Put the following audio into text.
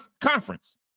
conference